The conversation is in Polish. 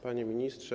Panie Ministrze!